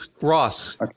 Ross